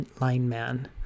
Lineman